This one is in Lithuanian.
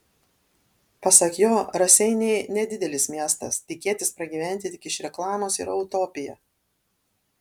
pasak jo raseiniai nedidelis miestas tikėtis pragyventi tik iš reklamos yra utopija